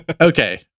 Okay